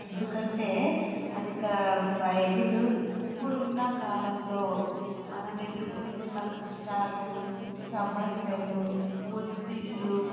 ఎందుకంటే అది కా బైబిలు ఇప్పుడున్న కాలంలో మనమెదురుకుంటున్న కష్టాలు సమస్యలు వఒత్తిడ్లు